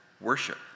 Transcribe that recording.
worship